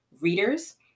readers